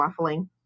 waffling